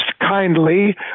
kindly